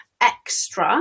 extra